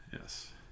Yes